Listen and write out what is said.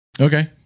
Okay